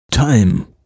Time